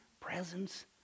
presence